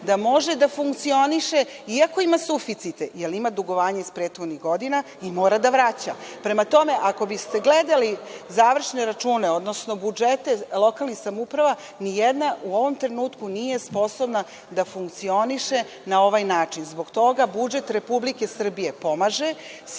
da može da funkcioniše iako ima suficita, jer ima dugovanja iz prethodnih godina i mora da vraća. Prema tome, ako biste gledali završne računa, odnosno budžete lokalnih samouprava, ni jedna u ovom trenutku nije sposobna da funkcioniše na ovaj način. Zbog toga budžet Republike Srbije pomaže